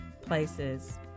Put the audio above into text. places